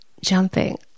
jumping